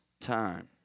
time